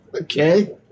okay